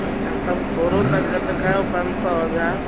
अच्छा त बि थोरो त घटि करो पंज सौ हज़ार